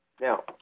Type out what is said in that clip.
Now